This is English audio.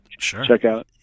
checkout